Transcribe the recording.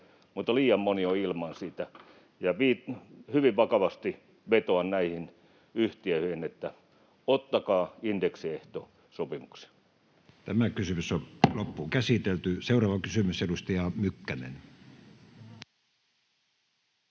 mutta liian moni on ilman sitä. Ja hyvin vakavasti vetoan näihin yhtiöihin, että ottakaa indeksiehto sopimukseen. Seuraava kysymys, edustaja Mykkänen.